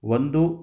ಒಂದು